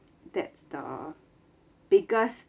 that's the biggest